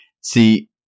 See